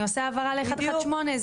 אני עושה הפנייה ל-118.